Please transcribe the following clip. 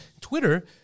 Twitter